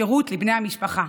שירות לבני המשפחה.